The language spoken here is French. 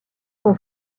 son